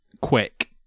Quick